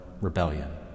rebellion